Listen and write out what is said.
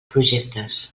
projectes